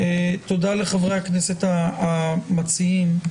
תודה לחברי הכנסת המציעים.